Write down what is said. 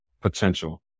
potential